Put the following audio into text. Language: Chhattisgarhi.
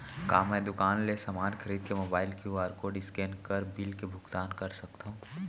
का मैं दुकान ले समान खरीद के मोबाइल क्यू.आर कोड स्कैन कर बिल के भुगतान कर सकथव?